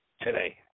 today